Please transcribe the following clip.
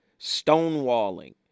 Stonewalling